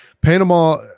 Panama